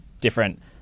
different